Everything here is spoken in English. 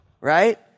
Right